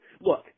Look